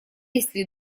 если